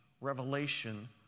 revelation